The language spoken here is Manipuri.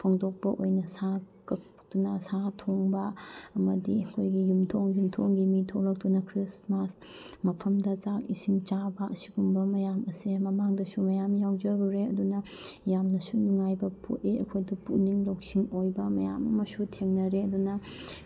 ꯐꯣꯡꯗꯣꯛꯄ ꯑꯣꯏꯅ ꯁꯥ ꯀꯛꯇꯨꯅ ꯁꯥ ꯊꯣꯡꯕ ꯑꯃꯗꯤ ꯑꯩꯈꯣꯏꯒꯤ ꯌꯨꯝꯊꯣꯡ ꯌꯨꯝꯊꯣꯡꯒꯤ ꯃꯤ ꯊꯣꯛꯂꯛꯇꯨꯅ ꯈ꯭ꯔꯤꯁꯃꯥꯁ ꯃꯐꯝꯗ ꯆꯥꯛ ꯏꯁꯤꯡ ꯆꯥꯕ ꯑꯁꯤꯒꯨꯝꯕ ꯃꯌꯥꯝ ꯑꯁꯦ ꯃꯃꯥꯡꯗꯁꯨ ꯃꯌꯥꯝ ꯌꯥꯎꯖꯔꯨꯔꯦ ꯑꯗꯨꯅ ꯌꯥꯝꯅꯁꯨ ꯅꯨꯡꯉꯥꯏꯕ ꯄꯣꯛꯏ ꯑꯩꯈꯣꯏꯗ ꯄꯨꯛꯅꯤꯡ ꯂꯧꯁꯤꯡ ꯑꯣꯏꯕ ꯃꯌꯥꯝ ꯑꯃꯁꯨ ꯊꯦꯡꯅꯔꯦ ꯑꯗꯨꯅ